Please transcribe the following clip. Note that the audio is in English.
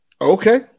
Okay